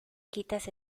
quitas